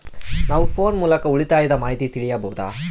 ನಾವು ಫೋನ್ ಮೂಲಕ ಉಳಿತಾಯದ ಮಾಹಿತಿ ತಿಳಿಯಬಹುದಾ?